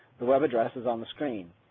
the web address is on the screen.